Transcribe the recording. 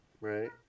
right